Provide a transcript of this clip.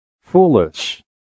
Foolish